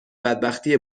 بدبختی